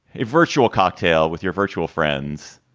a virtual cocktail with your virtual friends.